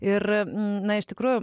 ir na iš tikrųjų